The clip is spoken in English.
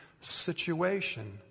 situation